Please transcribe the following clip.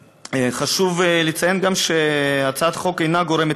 חשוב לציין גם שהצעת החוק אינה גורמת